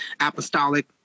apostolic